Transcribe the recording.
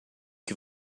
que